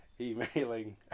emailing